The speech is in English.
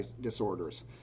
disorders